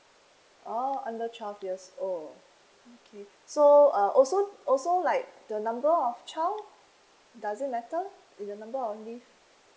oh under twelve years old okay so uh also also like the number of child does it matter with the number of leave